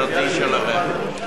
אפשר הערה?